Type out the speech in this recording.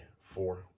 four